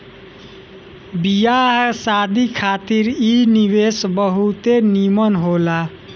बियाह शादी खातिर इ निवेश बहुते निमन होला